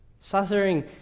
Suffering